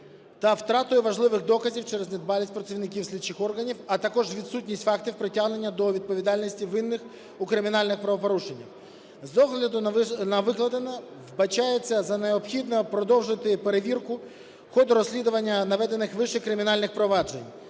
та втратою важливих доказів через недбалість працівників слідчих органів, а також відсутність фактів притягнення до відповідальності винних у кримінальних правопорушеннях. З огляду на викладене вбачається за необхідне продовжити перевірку ходу розслідування наведених вище кримінальних проваджень.